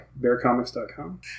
bearcomics.com